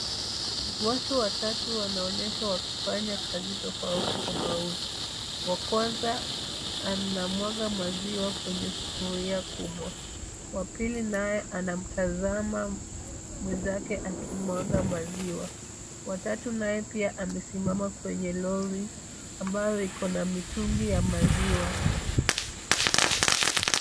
Watu watatu wanaonyeshwa wakifanya kazi tofauti tofauti. Wakwanza, anamwaga maziwa kwenye sufuria kubwa, wa pili naye anamtazama mwenzake akimwaga maziwa. Wa tatu naye pia amesimama kwenye lori ambalo liko na mitungi ya maziwa.